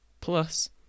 Plus